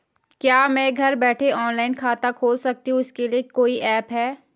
क्या मैं घर बैठे ऑनलाइन खाता खोल सकती हूँ इसके लिए कोई ऐप है?